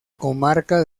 comarca